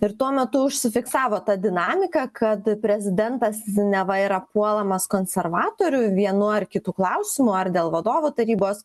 ir tuo metu užsifiksavo ta dinamika kad prezidentas neva yra puolamas konservatorių vienu ar kitu klausimų ar dėl vadovų tarybos